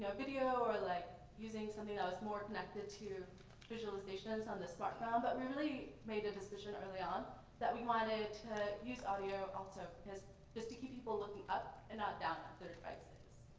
ah video or like using something that was more connected to visualization that's on the smart phone. um but we really made the decision early on that we wanted to use audio also because just to keep people looking up and not down at their devices.